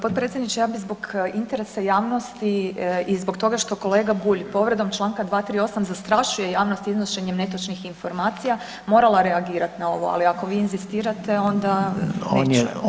Potpredsjedniče, ja bi zbog interesa javnosti i zbog toga što kolega Bulj povredom čl. 238 zastrašuje javnost iznošenjem netočnih informacija, morala reagirati na ovo, ali ako vi inzistirate, onda neću.